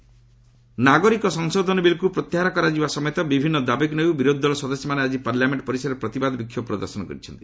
opposition protest ନାଗରିକ ସଂଶୋଧନ ବିଲ୍କୁ ପ୍ରତ୍ୟାହାର କରାଯିବା ସମେତ ବିଭିନ୍ନ ଦାବିକୁ ନେଇ ବିରୋଧୀଦଳ ସଦସ୍ୟମାନେ ଆଙ୍କି ପାର୍ଲ୍ୟାମେଣ୍ଟ ପରିସରରେ ପ୍ରତିବାଦ ବିକ୍ଷୋଭ ପ୍ରଦର୍ଶନ କରିଛନ୍ତି